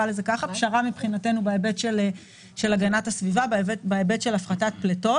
פשרה בהיבט של הגנת הסביבה ובהיבט של הפחתת פליטות.